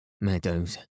meadows